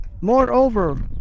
moreover